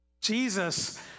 Jesus